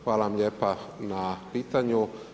Hvala vam lijepa na pitanju.